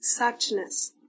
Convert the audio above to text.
suchness